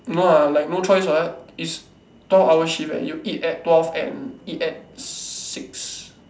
no ah like no choice what it's twelve hour shift eh you eat at twelve and eat at six